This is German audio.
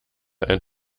ein